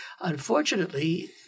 Unfortunately